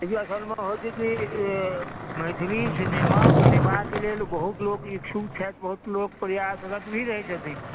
देखिऔ असलमे होइत छै की मैथिली सिनेमा बनयबाक लेल बहुत लोक इच्छुक छथि बहुत लोक प्रयासरत भी रहैत छथिन